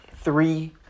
three